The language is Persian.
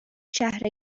شهر